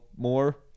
more